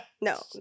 No